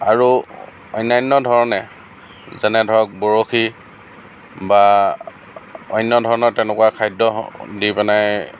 আৰু অন্যান্য ধৰণে যেনে ধৰক বৰশী বা অন্য ধৰণৰ তেনেকুৱা খাদ্য দি পেলায়